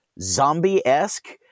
Zombie-esque